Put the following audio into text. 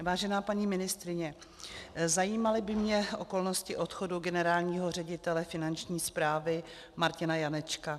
Vážená paní ministryně, zajímaly by mě okolnosti odchodu generálního ředitele Finanční správy Martina Janečka.